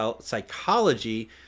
psychology